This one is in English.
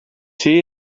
see